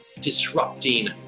disrupting